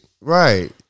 Right